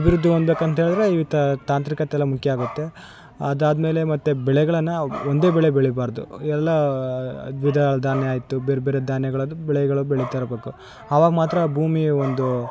ಅಭಿವೃದ್ಧಿ ಹೊಂದಬೇಕಂತೇಳಿದ್ರೆ ಈ ತಾಂತ್ರಿಕತೆ ಎಲ್ಲ ಮುಖ್ಯ ಆಗುತ್ತೆ ಅದಾದ್ಮೇಲೆ ಮತ್ತು ಬೆಳೆಗಳನ್ನು ಒಂದೇ ಬೆಳೆ ಬೆಳಿಬಾರ್ದು ಎಲ್ಲ ದ್ವಿದಳ ಧಾನ್ಯ ಆಯಿತು ಬೇರೆಬೇರೆ ಧಾನ್ಯಗಳದ್ ಬೆಳೆಗಳು ಬೆಳಿತಾ ಇರಬೇಕು ಅವಾಗ ಮಾತ್ರ ಭೂಮಿ ಒಂದು